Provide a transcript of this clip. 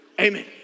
amen